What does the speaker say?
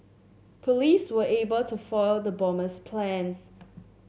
police were able to foil the bomber's plans